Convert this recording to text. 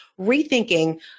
rethinking